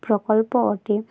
ପ୍ରକଳ୍ପ ଅଟେ